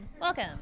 Welcome